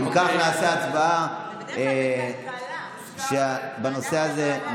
אם כך, נעשה הצבעה בנושא הזה.